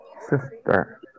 sister